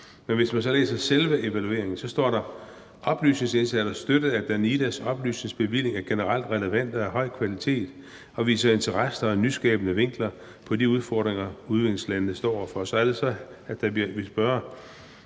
Men hvis man så læser selve evalueringen, står der: »Oplysningsindsatser støttet af Danidas oplysningsbevilling er generelt relevante og af høj kvalitet og viser interessante og nyskabende vinkler på de udfordringer, udviklingslandene står over for.« Så er det, jeg vil spørge: